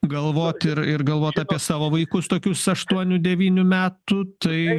galvoti ir ir galvot apie savo vaikus tokius aštuonių devynių metų tai